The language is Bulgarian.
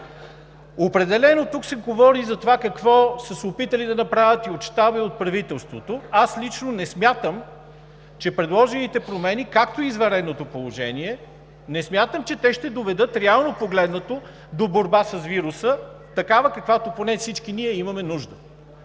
Определено тук се говори за това какво са се опитали да направят и от Щаба, и от правителството. Аз лично не смятам, че предложените промени, както и извънредното положение, не смятам, че те ще доведат реално погледнато, до борба с вируса, такава, от каквато поне всички ние имаме нужда.